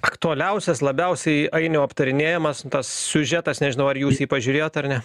aktualiausias labiausiai ainiau aptarinėjamas tas siužetas nežinau ar jūs jį pažiūrėjot ar ne